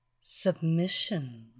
Submission